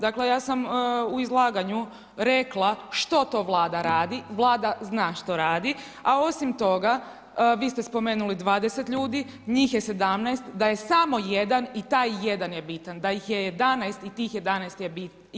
Dakle ja sam u izlaganju rekla što to Vlada radi, Vlada zna što radi, a osim toga vi ste spomenuli 20 ljudi, njih je 17 da je samo jedan i taj jedan bitan, da ih je 11 i tih 11 je bitno.